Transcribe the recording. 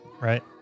Right